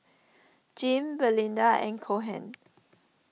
Jim Belinda and Cohen